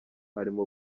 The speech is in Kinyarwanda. arimo